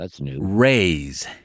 Raise